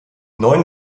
neuen